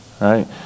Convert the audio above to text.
Right